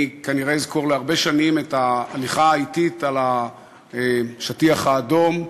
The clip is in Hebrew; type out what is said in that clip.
אני כנראה אזכור הרבה שנים את ההליכה האטית על השטיח האדום,